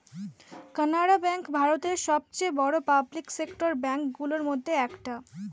Canara bank ভারতের সবচেয়ে বড় পাবলিক সেক্টর ব্যাঙ্ক গুলোর মধ্যে একটা